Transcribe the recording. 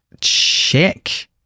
check